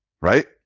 right